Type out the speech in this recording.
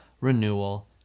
renewal